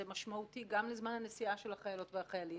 זה משמעותי גם לזמן הנסיעה של החיילות והחיילים,